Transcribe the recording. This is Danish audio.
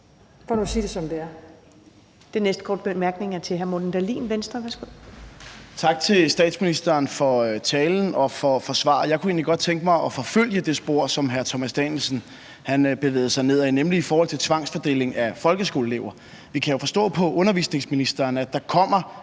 for nu at sige det, som det er.